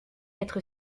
être